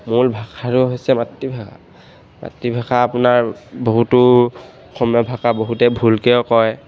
মূল ভাষাটো হৈছে মাতৃভাষা মাতৃভাষা আপোনাৰ বহুতো অসমীয়া ভাষা বহুতে ভুলকৈও কয়